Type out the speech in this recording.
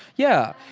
yeah.